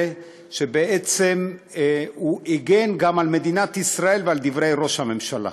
שהוא הגן גם על מדינת ישראל ועל דברי ראש הממשלה.